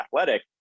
athletic